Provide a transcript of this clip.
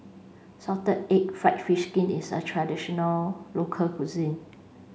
salted egg fried fish skin is a traditional local cuisine